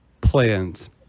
plans